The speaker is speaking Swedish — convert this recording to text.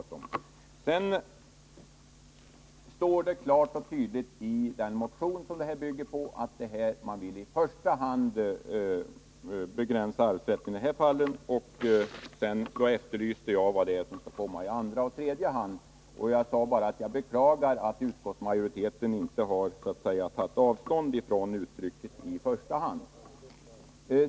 Det står klart och tydligt i den motion som förslaget bygger på att man i första hand vill begränsa arvsrätten i de fall som nämns. Därför efterlyser jag svar på vad det är som skall komma i andra och tredje hand. Jag sade också att jag beklagar att utskottsmajoriteten inte har tagit avstånd från uttrycket ”i första hand”.